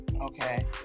okay